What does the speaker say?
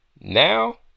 now